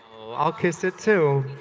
oh, i'll kiss it too.